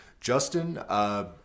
Justin